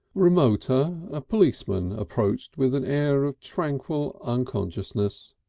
remoter, a policeman approached with an air of tranquil unconsciousness.